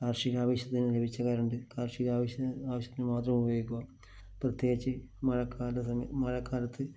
കാർഷിക ആവശ്യത്തിന് ലഭിച്ച കറണ്ട് കാർഷിക ആവശ്യത്തിന് ആവശ്യത്തിന് മാത്രം ഉപയോഗിക്കുക പ്രത്യേകിച്ച് മഴക്കാല സമയ മഴക്കാലത്ത്